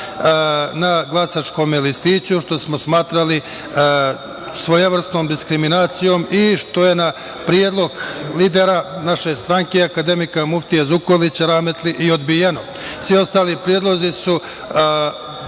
na glasačkome listiću, što smo smatrali svojevrsnom diskriminacijom i što je na predlog lidera naše stranke akademika muftije Zukorlića rahmetli i odbijeno. Svi ostali predlozi su